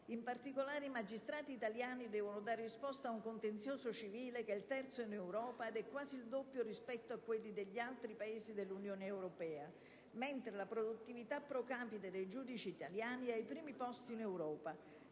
In particolare, i magistrati italiani devono dare risposta ad un contenzioso civile che è il terzo in Europa ed è quasi il doppio rispetto a quello degli altri Paesi dell'Unione europea, mentre la produttività *pro capite* dei giudici italiani è ai primi posti in Europa,